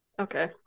Okay